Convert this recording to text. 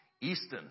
Easton